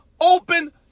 open